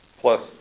plus